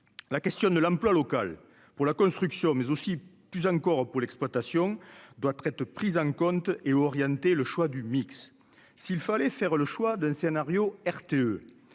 la question de l'emploi local, pour la construction, mais aussi plus encore pour l'exploitation doit traite prise en compte et orienté le choix du mix, s'il fallait faire le choix d'un scénario RTE,